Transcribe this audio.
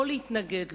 או להתנגד לו,